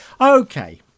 Okay